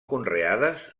conreades